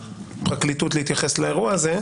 הפרקליטות והמשטרה להתייחס לאירוע הזה,